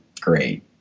great